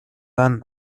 dan